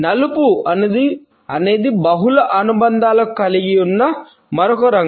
నలుపు అనేది బహుళ అనుబంధాలను కలిగి ఉన్న మరొక రంగు